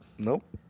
Nope